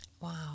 wow